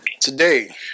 today